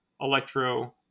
Electro